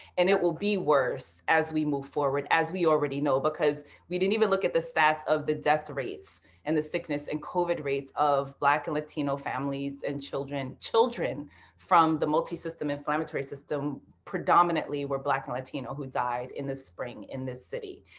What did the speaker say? and it will be worse as we move forward as we already know, because we didn't even look at the stats of the death rates and the sickness and covid rates of black and latino families and children, children from the multi inflammatory system predominant were black and latino who died in the spring in this city.